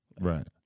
Right